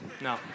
no